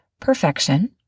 perfection